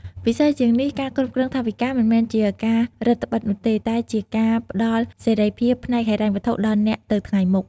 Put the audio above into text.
ពិសេសជាងនេះការគ្រប់គ្រងថវិកាមិនមែនជាការរឹតត្បិតនោះទេ តែវាជាការផ្តល់សេរីភាពផ្នែកហិរញ្ញវត្ថុដល់អ្នកទៅថ្ងៃមុខ។